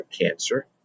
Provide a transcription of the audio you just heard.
cancer